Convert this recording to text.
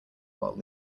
while